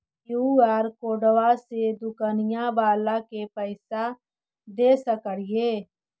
QR कोडबा से दुकनिया बाला के पैसा दे सक्रिय?